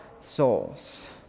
souls